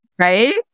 Right